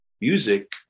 music